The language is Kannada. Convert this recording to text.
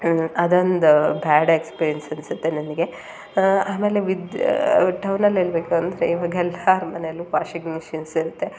ಅದೊಂದು ಬ್ಯಾಡ್ ಎಕ್ಸ್ಪೀರಿಯನ್ಸ್ ಅನಿಸುತ್ತೆ ನನಗೆ ಆಮೇಲೆ ವಿದ್ಯೂ ಟೌನಲ್ಲಿ ಹೇಳ್ಬೇಕು ಅಂದರೆ ಇವಾಗ ಎಲ್ಲರ ಮನೆಯಲ್ಲೂ ವಾಷಿಂಗ್ ಮೆಷಿನ್ಸ್ ಇರುತ್ತೆ